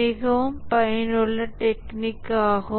மிகவும் பயனுள்ள டெக்னிக் ஆகும்